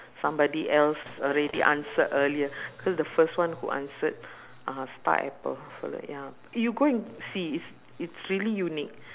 somebody else already answered earlier cause the first one who answered uh star apple correct ya you go and see it's it's really unique